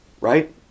right